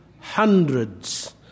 hundreds